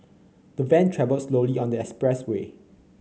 the van travel slowly on the express way